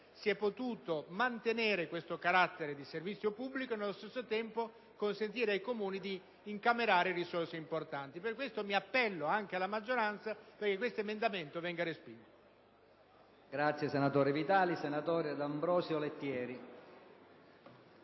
si è potuto mantenere questo carattere di servizio pubblico e, nello stesso tempo, consentire ai Comuni di incamerare risorse importanti. Per questo mi appello anche alla maggioranza affinché questa proposta emendativa venga respinta.